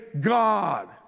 God